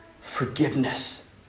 Forgiveness